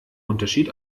unterschied